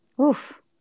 Oof